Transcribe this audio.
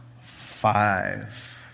five